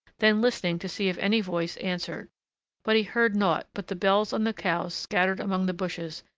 then listening to see if any voice answered but he heard naught but the bells on the cows scattered among the bushes,